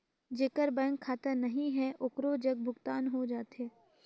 जेकर बैंक खाता नहीं है ओकरो जग भुगतान हो जाथे?